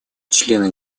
члены